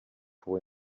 pour